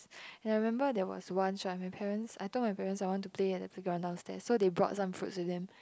and I remember there was once right my parents I told my parents I want to play at the playground downstairs so they brought some fruits with them